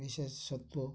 ବିଶେଷ ସତ୍ଵ